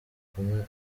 kumwe